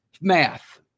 Math